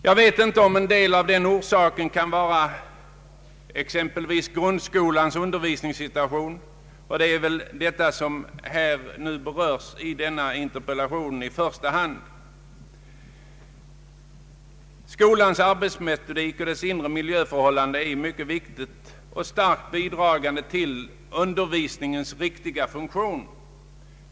Jag vet inte om en av orsakerna härtill kan vara grundskolans undervisningssituation, som väl i första hand berörs i denna interpellation. Skolans arbetsmetodik och dess inre miljöförhållande är mycket viktiga och bidrar starkt till undervisningens riktiga funktion.